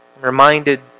Reminded